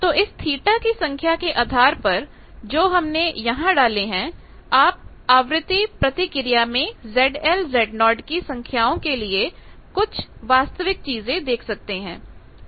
तो इस θ की संख्या के आधार पर जो हमने यहां डाले हैं आप आवृत्ति प्रतिक्रिया में ZL Z0 की संख्याओं के लिए यह कुछ वास्तविक चीजें देख सकते हैं